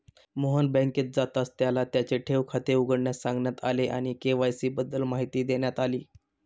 मोहन बँकेत जाताच त्याला त्याचे ठेव खाते उघडण्यास सांगण्यात आले आणि के.वाय.सी बद्दल माहिती देण्यात आली